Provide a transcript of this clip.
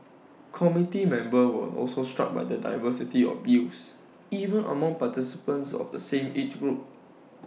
committee members were also struck by the diversity of views even among participants of the same age group